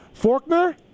Forkner